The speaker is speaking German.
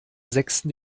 sechsten